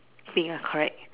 pink ah correct